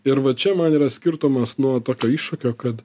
ir va čia man yra skirtumas nu tokio iššūkio kad